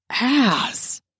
ass